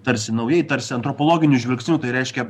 tarsi naujai tarsi antropologiniu žvilgsniu tai reiškia